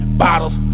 bottles